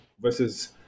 versus